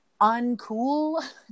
uncool